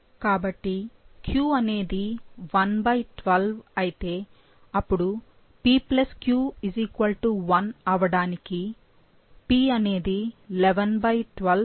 కాబట్టి q అనేది 112 అయితే అపుడు pq 1 అవ్వడానికి p అనేది 11 1112 అవుతుంది